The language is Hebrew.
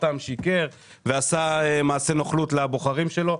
שיקר ועשה מעשה נוכלות לבוחרים שלו.